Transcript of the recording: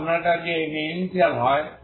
যাতে আপনার কাছে এটি ইনিশিয়াল হয়